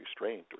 restraint